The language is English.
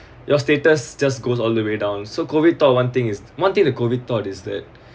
your status just goes all the way down so COVID taught one thing is one thing COVID taught is that